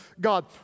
God